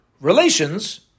relations